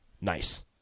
nice